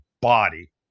body